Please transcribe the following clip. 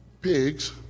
pigs